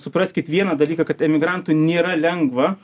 supraskit vieną dalyką kad emigrantui nėra lengva